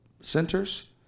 centers